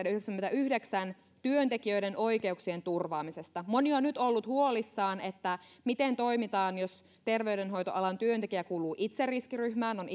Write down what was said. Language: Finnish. yhdeksänkymmentäyhdeksän työntekijöiden oikeuksien turvaamisesta moni on nyt ollut huolissaan miten toimitaan jos terveydenhoitoalan työntekijä kuuluu itse riskiryhmään on